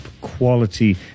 quality